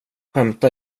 skämta